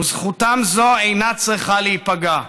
וזכותם זו אינה צריכה להיפגע.